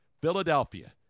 Philadelphia